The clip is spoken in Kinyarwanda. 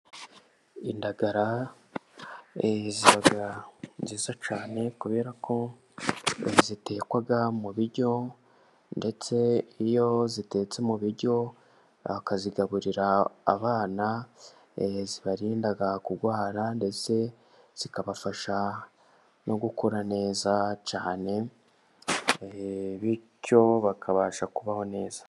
Indagara ziba nziza cyane kubera ko zitekwa mu biryo. Ndetse iyo zitetse mu biryo bakazigaburira abana zibarinda kurwara ndetse zikabafasha no gukura neza cyane bityo bakabasha kubaho neza.